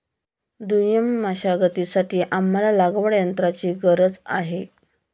दुय्यम मशागतीसाठी आम्हाला लागवडयंत्राची गरज आहे